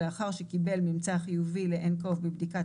בבדיקה לנוסע היוצא לאוקראינה (1) הוא קיבל ממצא שלילי ל-nC0V בבדיקת